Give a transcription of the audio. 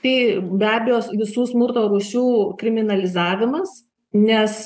tai be abejo visų smurto rūsių kriminalizavimas nes